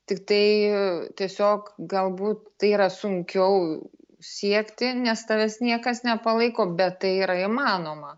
tiktai tiesiog galbūt tai yra sunkiau siekti nes tavęs niekas nepalaiko bet tai yra įmanoma